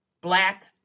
Black